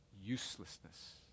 uselessness